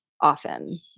often